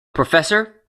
professor